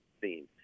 theme